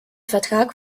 vertrag